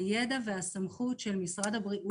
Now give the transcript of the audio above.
הידע והסמכות של משרד הבריאות.